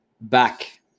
back